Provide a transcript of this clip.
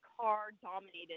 car-dominated